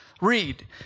Read